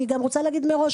אני רוצה להגיד מראש,